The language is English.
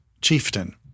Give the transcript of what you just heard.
chieftain